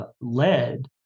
led